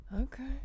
Okay